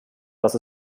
dass